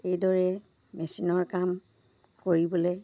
এইদৰে মেচিনৰ কাম কৰিবলৈ